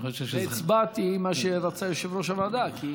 והצבעתי עם מה שרצה יושב-ראש הוועדה, כי